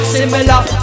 Similar